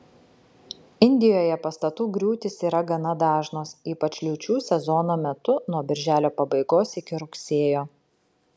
indijoje pastatų griūtys yra gana dažnos ypač liūčių sezono metu nuo birželio pabaigos iki rugsėjo